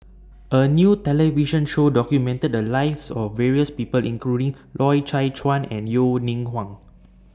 A New television Show documented The Lives of various People including Loy Chye Chuan and Yeo Ning Hong